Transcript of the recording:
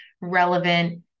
relevant